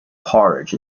porridge